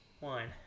wine